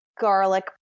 garlic